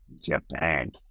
Japan